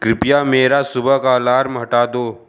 कृपया मेरा सुबह का अलार्म हटा दो